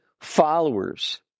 followers